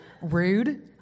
Rude